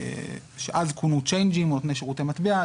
שאז כונו צ'יינג'ים או נתוני שירותי מטבע,